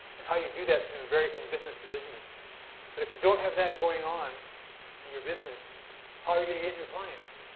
and how you do that's going to vary from business to business but if you don't have that going on in your business, how are you going to get new clients?